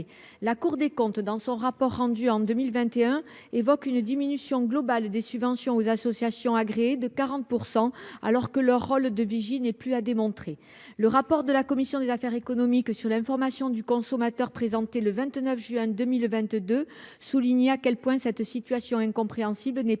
La Cour des comptes, dans son rapport rendu en 2021, évoque une diminution globale des subventions aux associations agréées de 40 %, alors que leur rôle de vigie n’est plus à démontrer. Le rapport de la commission des affaires économiques du Sénat sur l’information du consommateur présenté le 29 juin 2022 soulignait combien cette situation incompréhensible n’est pas